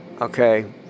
Okay